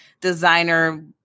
designer